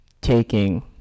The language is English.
taking